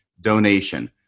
donation